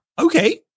okay